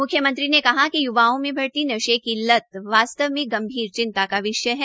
मुख्यमंत्री ने कहा कि युवाओं में बढ़ती नशे की लत वास्तव में गंभीर चिंता का विषय है